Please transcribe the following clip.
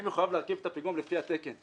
אני מחויב להרכיב את הפיגום לפי התקן.